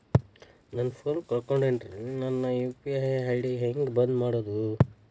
ನನ್ನ ಫೋನ್ ಕಳಕೊಂಡೆನ್ರೇ ನನ್ ಯು.ಪಿ.ಐ ಐ.ಡಿ ಹೆಂಗ್ ಬಂದ್ ಮಾಡ್ಸೋದು?